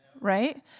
right